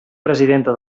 presidenta